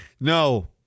No